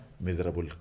Miserable